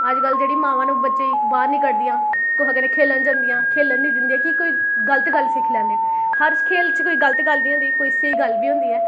अज्जकल जेह्ड़ियां मावां न बच्चें गी बाह्र नीं कढदियां कुसै कन्नै खेलन जंदियां खेलन नेई दिंदियां कि कोई गलत गल्ल सिक्खी लैंदे न हर खेल च कोई गल्त गै नेई होंदी कोई सेही गल्ल बी होंदी ऐ